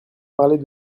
parler